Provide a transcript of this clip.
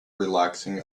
relaxing